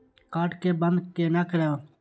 Card के बन्द केना करब?